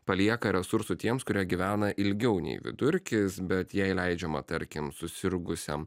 palieka resursų tiems kurie gyvena ilgiau nei vidurkis bet jei leidžiama tarkim susirgusiam